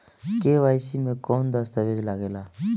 KYC मे कौन दश्तावेज लागेला?